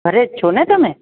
ઘરે જ છોને તમે